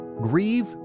Grieve